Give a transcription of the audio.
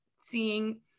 seeing